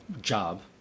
job